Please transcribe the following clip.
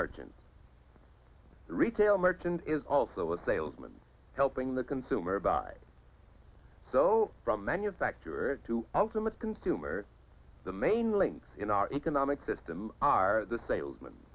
merchant retail merchant is also a salesman helping the consumer buy from manufacturer to ultimate consumer the main link in our economic system are the salesman